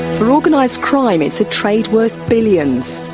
for organised crime, it's a trade worth billions.